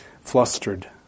flustered